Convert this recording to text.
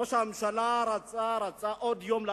ראש הממשלה רצה, רצה עוד יום להעביר.